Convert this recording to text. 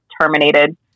terminated